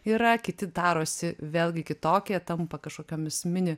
yra kiti darosi vėlgi kitokie tampa kažkokiomis mini